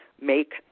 Make